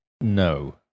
no